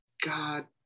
God